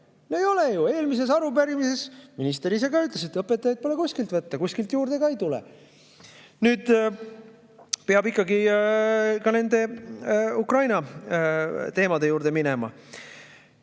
ju! Ei ole ju! Eelmisele arupärimisele vastamisel minister ise ka ütles, et õpetajaid pole kuskilt võtta, kuskilt juurde ka ei tule. Nüüd peab ikkagi ka Ukraina teemade juurde minema.